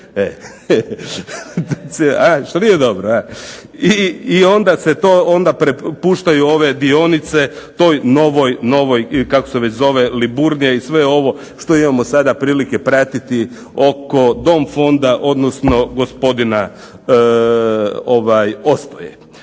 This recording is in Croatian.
A šta nije dobro! I onda puštaju ove dionice toj novoj, kako se već zove Liburnija i sve ovo što imamo sada prilike pratiti oko Dom fonda, odnosno gospodina Ostoje.